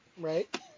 right